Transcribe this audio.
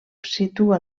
situa